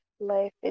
Life